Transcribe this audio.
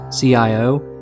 CIO